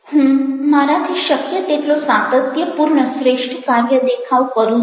હું મારાથી શક્ય તેટલો સાતત્યપૂર્ણ શ્રેષ્ઠ કાર્ય દેખાવ કરું છું